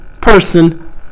person